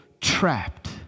trapped